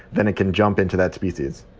then it can jump into that species.